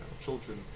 children